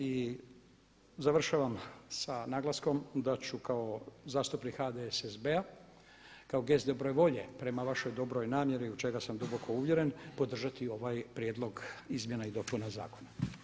I završavam sa naglaskom da ću kao zastupnik HDSSB-a kao gest dobre volje prema vašoj dobroj namjeri u što sam duboko uvjeren podržati ovaj prijedlog izmjena i dopuna zakona.